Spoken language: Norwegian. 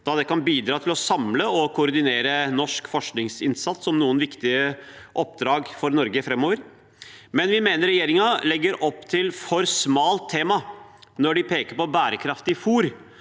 da det kan bidra til å samle og koordinere norsk forskningsinnsats om noen viktige oppdrag for Norge framover. Men vi mener regjeringen legger opp til et for smalt tema når de peker på bærekraftig fôr